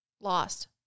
Lost